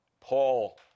Paul